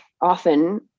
often